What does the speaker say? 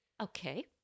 okay